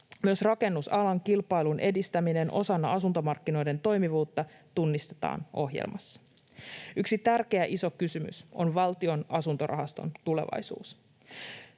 Myös rakennusalan kilpailun edistäminen osana asuntomarkkinoiden toimivuutta tunnistetaan ohjelmassa. Yksi tärkeä ja iso kysymys on Valtion asuntorahaston tulevaisuus.